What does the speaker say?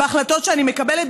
בהחלטות שאני מקבלת,